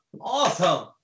awesome